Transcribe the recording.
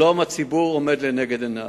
שלום הציבור עומד לנגד עיני.